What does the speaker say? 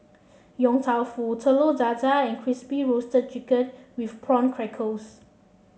Yong Tau Foo Telur Dadah and Crispy Roasted Chicken with Prawn Crackers